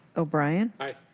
o'brien. aye.